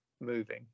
moving